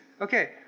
okay